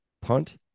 Punt